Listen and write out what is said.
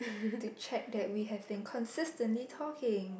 to check that we have been consistently talking